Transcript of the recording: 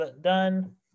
done